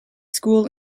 school